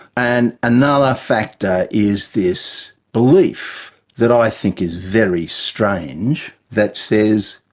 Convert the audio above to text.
and another factor is this belief that i think is very strange that says,